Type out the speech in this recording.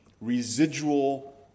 residual